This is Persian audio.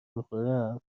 میخورم